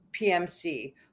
PMC